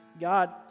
God